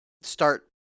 start